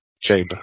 Chamber